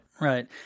right